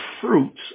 fruits